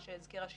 מה שהזכירה שמרית,